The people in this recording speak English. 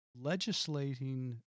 legislating